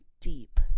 deep